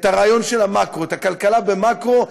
את הרעיון של המקרו, את הכלכלה במקרו.